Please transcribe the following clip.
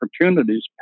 opportunities